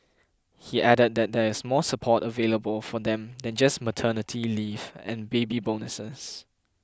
he added that there is more support available for them than just maternity leave and baby bonuses